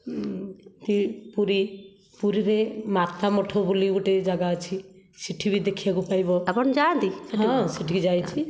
ଉଁ ଏଥି ପୁରୀ ପୁରୀରେ ମାତା ମଠ ବୋଲି ଗୋଟେ ଜାଗା ଅଛି ସେଠି ବି ଦେଖିବାକୁ ପାଇବ ଆପଣ ଯାଆନ୍ତି ହଁ ସେଠିକି ଯାଇଛି